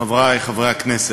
חברי חברי הכנסת,